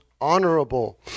honorable